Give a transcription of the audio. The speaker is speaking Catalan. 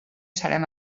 serem